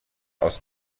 aus